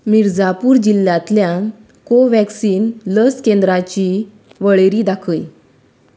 मिर्झापूर जिल्ल्यांतल्यान कोव्हॅक्सिन लस केंद्राची वळेरी दाखय